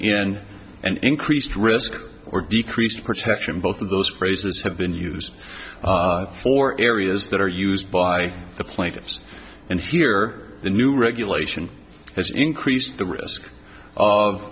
in an increased risk or decreased protection both of those phrases have been used for areas that are used by the plaintiffs and here the new regulation has increased the risk of